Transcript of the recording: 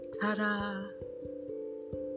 ta-da